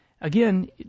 again